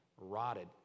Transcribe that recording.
Rotted